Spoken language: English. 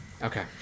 Okay